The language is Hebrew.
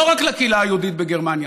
לא רק לקהילה היהודית בגרמניה,